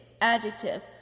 adjective